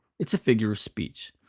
it's a figure of speech.